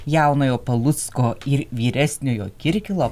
jaunojo palucko ir vyresniojo kirkilo